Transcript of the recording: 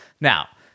Now